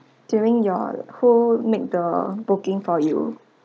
during your who make the booking for you